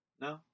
No